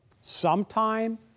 Sometime